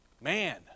Man